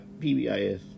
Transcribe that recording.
PBIS